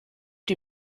die